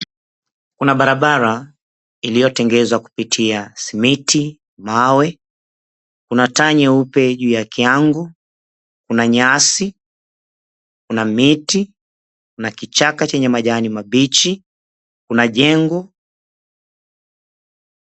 Kuna barabara iliyotengezwa kupitia simiti, mawe, kuna taa nyeupe juu ya kiangu, kuna nyasi, kuna miti, kuna kichaka chenye majani mabichi, kuna jengo.